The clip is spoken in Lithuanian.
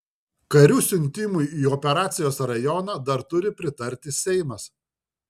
karių siuntimui į operacijos rajoną dar turi pritarti seimas